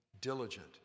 diligent